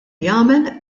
jagħmel